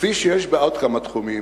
כפי שיש בעוד כמה תחומים,